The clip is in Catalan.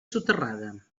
soterrada